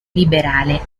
liberale